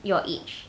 your age